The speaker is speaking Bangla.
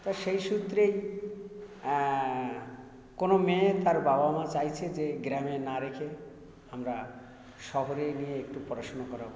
তাই সেই সূত্রেই কোনো মেয়ে তার বাবা মা চাইছে যে গ্রামে না রেখে আমরা শহরে গিয়ে একটু পড়াশোনা করাবো